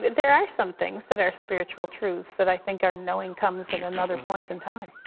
there are some things that are spiritual truths that i think our knowing comes at another point in time.